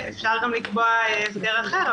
לקבוע הסדר אחר.